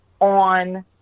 on